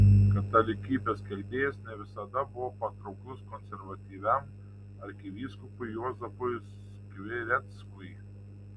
katalikybės skelbėjas ne visada buvo patrauklus konservatyviam arkivyskupui juozapui skvireckui